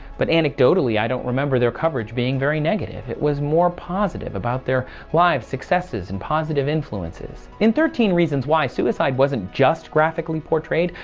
but anecdotally, i don't remember their coverage being very negative. it was more positive about their live successes and positive influences in thirteen reasons why suicide wasn't just graphically portrayed,